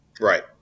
Right